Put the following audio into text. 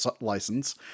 license